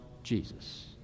Jesus